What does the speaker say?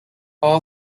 all